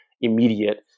immediate